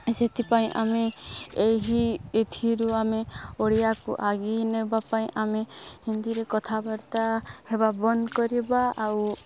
ସେଥିପାଇଁ ଆମେ ଏହି ଏଥିରୁ ଆମେ ଓଡ଼ିଆକୁ ଆଗେଇ ନେବା ପାଇଁ ଆମେ ହିନ୍ଦୀରେ କଥାବାର୍ତ୍ତା ହେବା ବନ୍ଦ କରିବା ଆଉ